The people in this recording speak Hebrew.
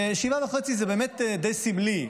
ו-7.5% זה באמת די סמלי,